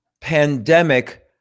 pandemic